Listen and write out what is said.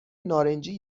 نارنجی